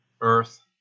earth